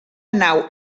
nau